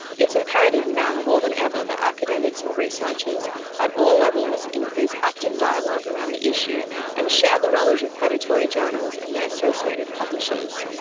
it's imperative now more than ever that academics and researchers at all levels increase active dialogue around the issue and share the knowledge of predatory journals and their associated publishers.